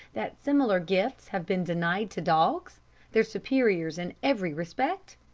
that similar gifts have been denied to dogs their superiors in every respect?